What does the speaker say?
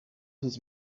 his